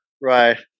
Right